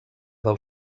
del